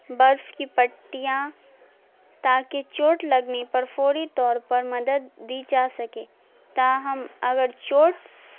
برف کی پٹیاں تاکہ چوٹ لگنے پر فوری طور پر مدد دی جا سکے تاہم اگر چوٹ